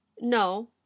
No